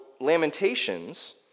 Lamentations